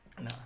No